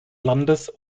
landes